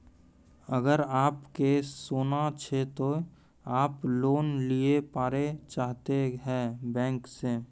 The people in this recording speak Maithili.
अगर आप के सोना छै ते आप लोन लिए पारे चाहते हैं बैंक से?